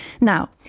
Now